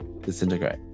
Disintegrate